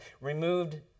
removed